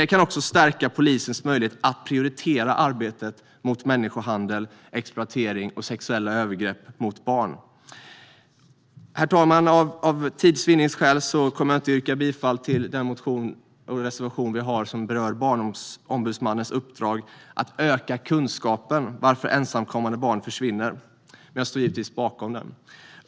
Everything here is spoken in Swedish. Det kan också stärka polisens möjlighet att prioritera arbetet mot människohandel, exploatering och sexuella övergrepp mot barn. Herr talman! För tids vinnande yrkar jag inte bifall till den reservation vi har som rör Barnombudsmannens uppdrag att öka kunskapen om varför ensamkommande barn försvinner, men jag står givetvis bakom den.